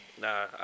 Nah